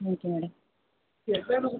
thank you madam